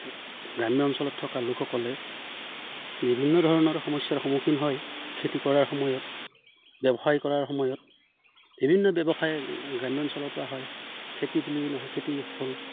গ্ৰাম্য অঞ্চলত থকা লোকসকলে বিভিন্ন ধৰণৰ সমস্যাৰ সন্মুখীন হয় খেতি কৰাৰ সময়ত ব্যৱসায় কৰাৰ সময়ত বিভিন্ন ব্যৱসায় গ্ৰাম্য অঞ্চলৰ পৰা হয় খেতি বুলি নহয় খেতি হ'ল